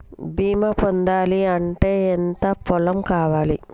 బీమా పొందాలి అంటే ఎంత పొలం కావాలి?